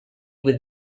with